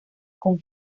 con